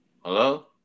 hello